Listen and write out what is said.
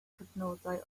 cyfnodau